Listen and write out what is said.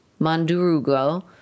Mandurugo